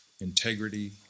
Integrity